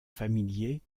familiers